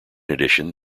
addition